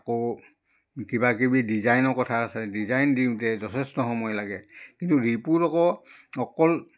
আকৌ কিবাকিবি ডিজাইনৰ কথা আছে ডিজাইন দিওঁতে যথেষ্ট সময় লাগে কিন্তু ৰিপুত আকৌ অকল